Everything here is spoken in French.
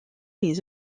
les